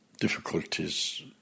difficulties